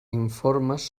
informes